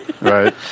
Right